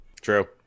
True